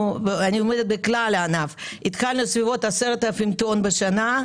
בכלל הענף בסביבות 10,000 טון יצוא בשנה,